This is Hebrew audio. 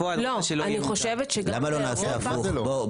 למה לא נעשה הפוך?